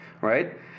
right